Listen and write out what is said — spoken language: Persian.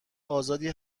آزادی